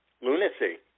lunacy